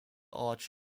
arch